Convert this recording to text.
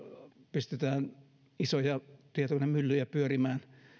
pistetään isoja tietokonemyllyjä pyörimään